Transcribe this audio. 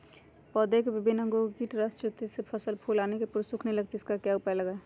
पौधे के विभिन्न अंगों से कीट रस चूसते हैं जिससे फसल फूल आने के पूर्व सूखने लगती है इसका क्या उपाय लगाएं?